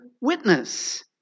witness